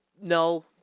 no